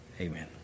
amen